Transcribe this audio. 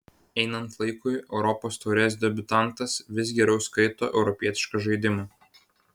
einant laikui europos taurės debiutantas vis geriau skaito europietišką žaidimą